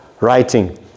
writing